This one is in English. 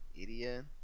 Idiot